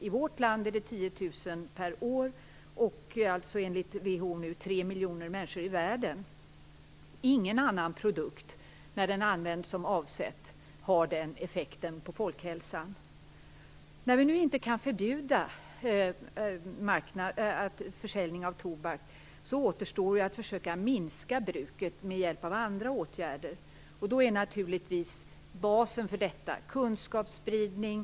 I vårt land är det 10 000 per år, och i världen är det 3 miljoner människor, enligt WHO. Ingen annan produkt har, när den används som avsett, den effekten på folkhälsan. När vi nu inte kan förbjuda försäljning av tobak återstår att försöka minska bruket med hjälp av andra åtgärder. Basen för detta är naturligtvis kunskapsspridning.